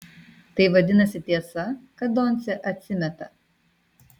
tai vadinasi tiesa kad doncė atsimeta